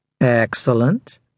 Excellent